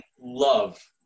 love